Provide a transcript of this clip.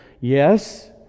yes